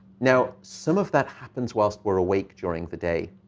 now some of that happens whilst were awake during the day.